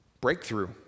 breakthrough